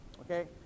okay